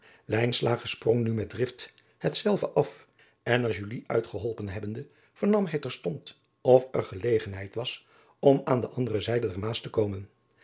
sprong nu met drift hetzelve af en er uitgeholpen hebbende vernam hij terstond of er gelegenheid was om aan de andere zijde der aas te komen